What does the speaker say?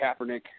Kaepernick